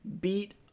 beat